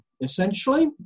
essentially